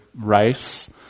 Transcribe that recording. rice